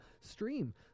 stream